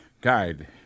guide